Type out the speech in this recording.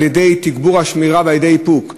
על-ידי תגבור השמירה ועל-ידי איפוק,